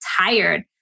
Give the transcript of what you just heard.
tired